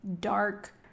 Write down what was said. dark